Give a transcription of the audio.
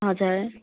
हजुर